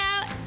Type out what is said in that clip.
out